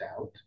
out